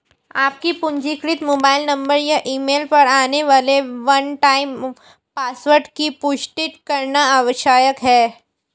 आपके पंजीकृत mobile number या ईमेल पर आने वाले वन टाइम पासवर्ड की पुष्टि करना आवश्यक है